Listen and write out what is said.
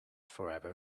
forever